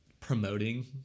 promoting